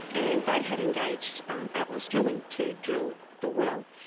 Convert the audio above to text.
and they had engaged um atlas drilling to drill the well.